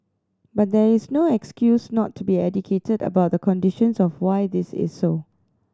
but that is no excuse not to be educated about the conditions of why this is so